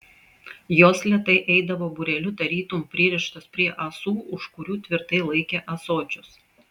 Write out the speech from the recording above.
jos lėtai eidavo būreliu tarytum pririštos prie ąsų už kurių tvirtai laikė ąsočius